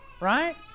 right